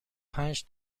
پنج